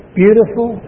beautiful